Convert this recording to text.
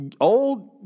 old